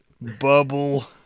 Bubble